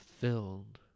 filled